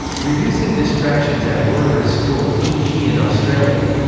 reducing distractions at work or school, e g. in australia.